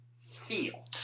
feel